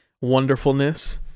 wonderfulness